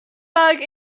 bug